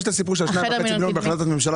יש את הסיפור של החלטת ממשלה